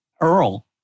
Earl